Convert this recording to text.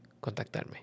contactarme